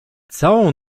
całą